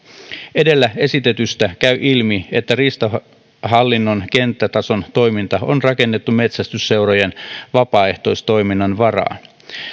edellä esitetystä käy ilmi että riistahallinnon kenttätason toiminta on rakennettu metsästysseurojen vapaaehtoistoiminnan varaan